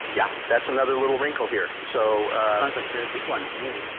yeah, that's another little wrinkle here. so sounds like a fairly big one to me.